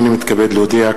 הנני מתכבד להודיע,